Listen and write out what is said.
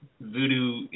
voodoo